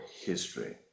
history